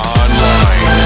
online